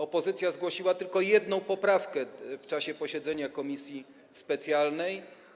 Opozycja zgłosiła tylko jedna poprawkę w czasie posiedzenia komisji specjalnej.